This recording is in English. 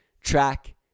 track